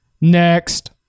next